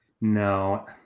No